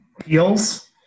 Peels